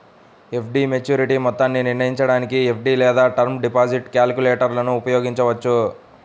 FD maturity మొత్తాన్ని నిర్ణయించడానికి FD లేదా టర్మ్ డిపాజిట్ క్యాలిక్యులేటర్ను ఉపయోగించవచ్చు